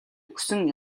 өгсөн